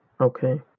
Okay